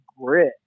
grit